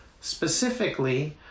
Specifically